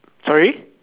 sorry